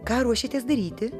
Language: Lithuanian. ką ruošiatės daryti